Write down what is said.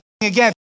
again